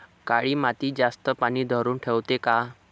काळी माती जास्त पानी धरुन ठेवते का?